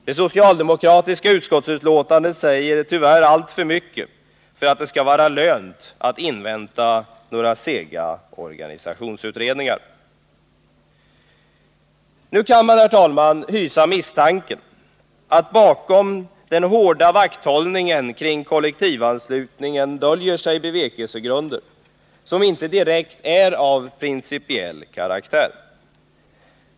Det socialdemokratiska utskottsbetänkandet säger tyvärr alltför mycket för att det skall vara lönt att invänta några sega organisationsutredningar. Nu kan man, herr talman, hysa misstanken att bakom den hårda vakthållningen kring kollektivanslutningen döljer sig bevekelsegrunder som inte direkt är av principiell karaktär.